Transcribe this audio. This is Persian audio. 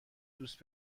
دوست